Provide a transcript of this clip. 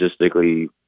logistically